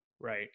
Right